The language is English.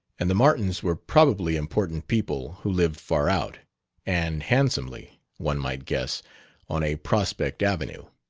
and the martins were probably important people who lived far out and handsomely, one might guess on a prospect avenue.